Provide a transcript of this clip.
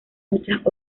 muchas